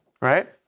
Right